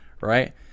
right